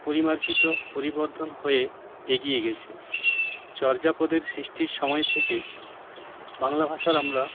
পরিমার্জিত পরিবর্ধন হয়ে এগিয়ে গেছে চর্যাপদের সৃষ্টির সময় থেকে বাংলা ভাষার আমরা